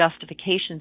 justifications